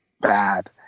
bad